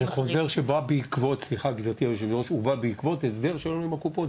זה חוזר שבא בעקבות הסדר שהיה לנו עם הקופות.